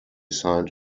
signed